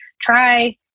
try